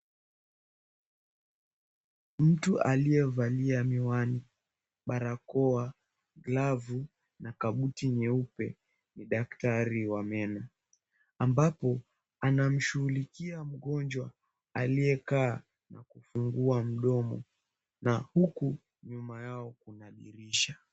Mtu aliyevalia miwani, barakoa, glavu na kabuti nyeupe ni daktari wa meno ambapo anamshughulikia mgonjwa aliyekaa amefungua mdomo na huku nyuma yao kuna dirisha.